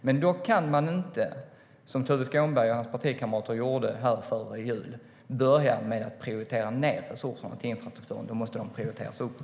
Man kan inte, som Tuve Skånberg och hans partikolleger gjorde före jul, börja med att prioritera ned resurserna till infrastruktur, utan de måste prioriteras upp.